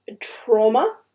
trauma